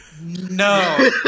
No